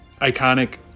iconic